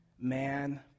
man